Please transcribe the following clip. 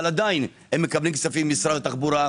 אבל עדיין מקבלים כספים ממשרד התחבורה,